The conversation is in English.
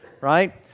right